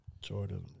Jordan